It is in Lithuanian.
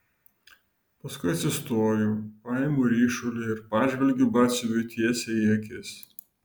paskui atsistoju paimu ryšulį ir pažvelgiu batsiuviui tiesiai į akis